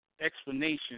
explanation